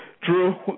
Drew